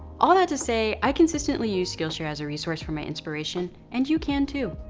all that to say, i consistently use skillshare as a resource for my inspiration, and you can, too.